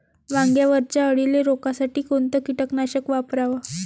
वांग्यावरच्या अळीले रोकासाठी कोनतं कीटकनाशक वापराव?